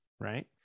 Right